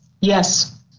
Yes